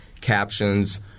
captions